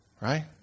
Right